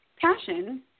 passion